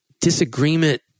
disagreement